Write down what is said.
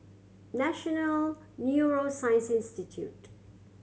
National Neuroscience Institute